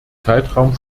zeitraum